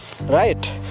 right